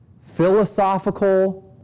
philosophical